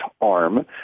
arm